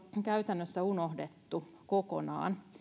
käytännössä unohdettu kokonaan